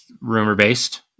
rumor-based